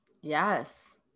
Yes